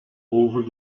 over